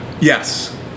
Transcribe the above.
Yes